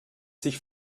sich